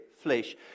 flesh